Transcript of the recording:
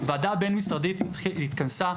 הוועדה הבין-משרדית התכנסה,